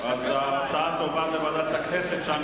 אני קובע שהצעת חוק מתן שירות במספר שפות